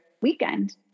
weekend